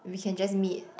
we can just meet